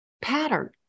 pattern